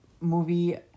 movie